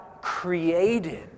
created